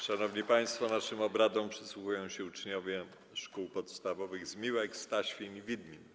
Szanowni państwo, naszym obradom przysłuchują się uczniowie szkół podstawowych z Miłek, Staświn i Wydmin.